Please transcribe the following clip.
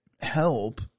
help